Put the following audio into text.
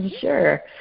Sure